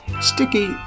Sticky